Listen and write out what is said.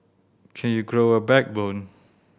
can you grow a backbone